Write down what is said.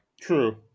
True